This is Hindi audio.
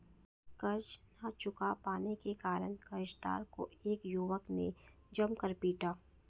कर्ज ना चुका पाने के कारण, कर्जदार को एक युवक ने जमकर पीटा